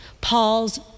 Paul's